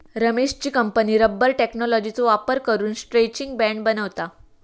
रमेशची company rubber टेक्नॉलॉजीचो वापर करून स्ट्रैचिंग बँड बनवता